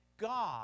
God